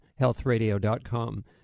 HealthRadio.com